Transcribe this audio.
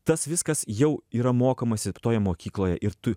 tas viskas jau yra mokomasi toje mokykloje ir tu